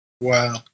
Wow